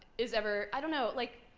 is ever i don't know. like,